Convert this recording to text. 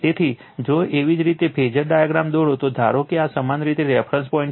તેથી જો એવી જ રીતે ફેઝર ડાયાગ્રામ દોરો તો ધારો કે આ સમાન રીતે રેફરન્સ પોઇન્ટ છે